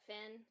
Finn